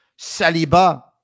Saliba